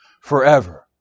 forever